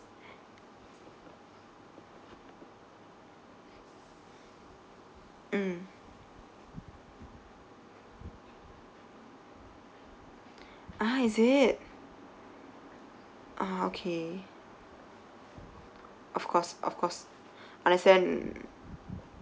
mm ah is it ah okay of course of course understand